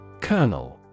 Colonel